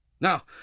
Now